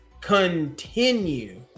continue